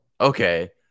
Okay